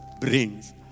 brings